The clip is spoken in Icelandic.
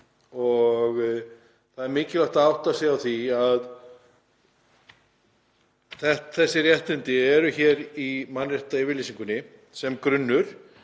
Það er mikilvægt að átta sig á því að þessi réttindi eru hér í mannréttindayfirlýsingunni sem grunnur.